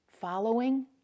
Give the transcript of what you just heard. Following